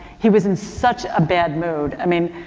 he was in such a bad mood. i mean,